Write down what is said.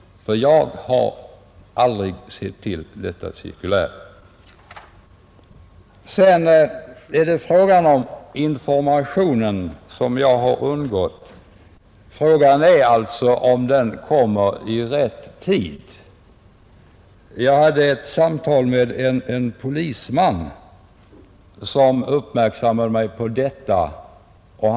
Sedan kan man fråga sig om informationen — som jag har undgått — kommer i rätt tid. Jag hade ett samtal med en polisman, som gjorde mig uppmärksam på detta problem.